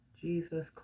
jesus